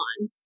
on